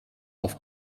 auf